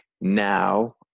now